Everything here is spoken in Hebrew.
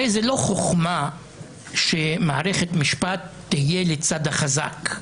הרי זאת לא חוכמה שמערכת המשפט תהיה לצד החזק.